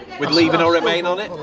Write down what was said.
with leave and or remain on it,